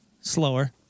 slower